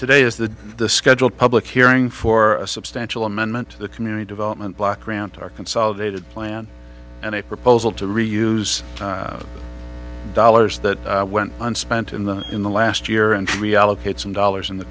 today is that the scheduled public hearing for a substantial amendment to the community development block grant our consolidated plan and a proposal to reuse dollars that went and spent in the in the last year and reallocate some dollars in the